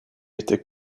étaient